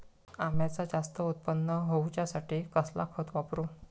अम्याचा जास्त उत्पन्न होवचासाठी कसला खत वापरू?